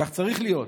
כך צריך להיות.